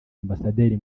ambasaderi